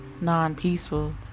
non-peaceful